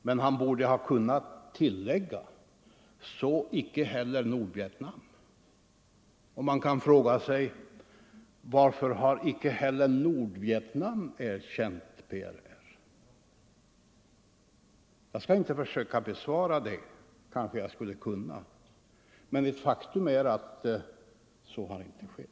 Men han kunde ha = vissa regeringar tillagt: ”Så icke heller Nordvietnam.” Man kan fråga sig varför Nordvietnam icke har erkänt PRR. Jag skall inte försöka besvara det även om jag kanske skulle kunna. Men faktum är att så icke har skett.